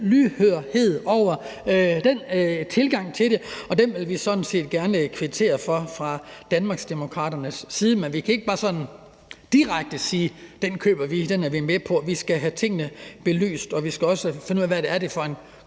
lydhørhed over for den tilgang til det, og den vil vi fra Danmarksdemokraternes side sådan set gerne kvittere for. Men vi kan ikke bare sådan direkte sige, at den køber vi, og at den er vi med på, men vi skal have tingene belyst, og vi skal også finde ud af, hvad det er for en